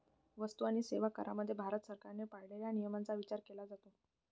वस्तू आणि सेवा करामध्ये भारत सरकारने पाळलेल्या नियमांचा विचार केला जातो